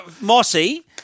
Mossy